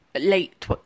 late